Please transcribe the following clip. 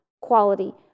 quality